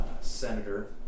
Senator